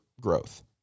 growth